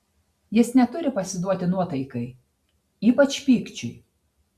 jis neturi pasiduoti nuotaikai ypač pykčiui